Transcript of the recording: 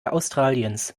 australiens